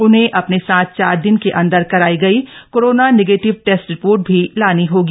उन्हें अपने साथ चार दिन के अंदर कराई गई कोरोना नेगेटिव टेस्ट रिपोर्ट भी लानी होगी